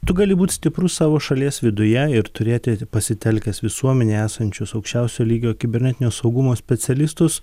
tu gali būt stiprus savo šalies viduje ir turėti pasitelkęs visuomenėje esančius aukščiausio lygio kibernetinio saugumo specialistus